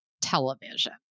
television